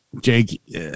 Jake